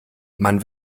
man